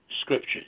scriptures